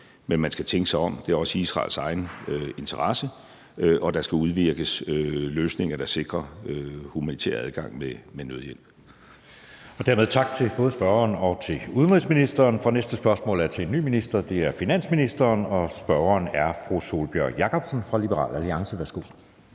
men man skal tænke sig om; det er også i Israels egen interesse. Og der skal udvirkes løsninger, der sikrer humanitær adgang med nødhjælp. Kl. 13:08 Anden næstformand (Jeppe Søe): Dermed tak til både spørgeren og udenrigsministeren. Det næste spørgsmål er til en ny minister. Det er til finansministeren, og spørgeren er fru Sólbjørg Jakobsen fra Liberal Alliance. Kl.